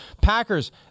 Packers